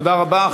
תודה רבה.